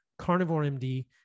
CarnivoreMD